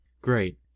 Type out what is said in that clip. great